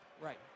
right